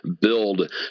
build